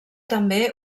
també